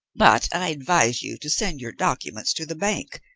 but i advise you to send your documents to the bank.